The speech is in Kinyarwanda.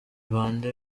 bande